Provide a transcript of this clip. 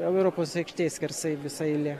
europos aikštė skersai visa eilė